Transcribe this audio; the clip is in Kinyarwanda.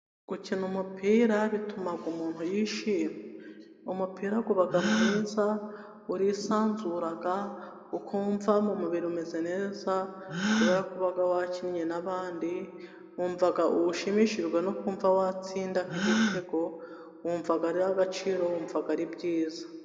Gukina umupira bituma umuntu yishima. umupira uba mwiza. Urisanzura, ukumva mu mubiri umeze neza, kubera kuba wakinnye n'abandi. Wumva ushimishijwe no kumva watsinda nk'igitego. Wumva ari agaciro, wumva ari byiza.